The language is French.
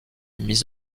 mis